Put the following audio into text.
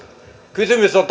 kysymys on